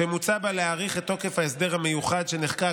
שמוצע בה להאריך את תוקף ההסדר המיוחד שנחקק